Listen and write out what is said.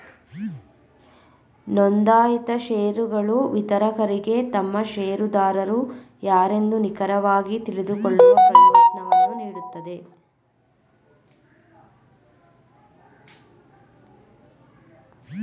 ನೊಂದಾಯಿತ ಶೇರುಗಳು ವಿತರಕರಿಗೆ ತಮ್ಮ ಶೇರುದಾರರು ಯಾರೆಂದು ನಿಖರವಾಗಿ ತಿಳಿದುಕೊಳ್ಳುವ ಪ್ರಯೋಜ್ನವನ್ನು ನೀಡುತ್ತೆ